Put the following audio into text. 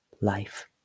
Life